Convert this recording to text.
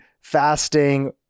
fasting